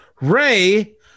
Ray